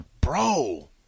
Bro